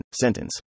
sentence